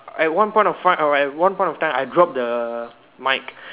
at one point of time at one point of time I dropped the mic